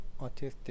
autistic